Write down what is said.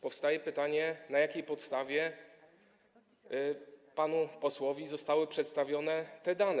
Powstaje pytanie, na jakiej podstawie panu posłowi zostały przedstawione te dane.